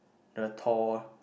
the Thor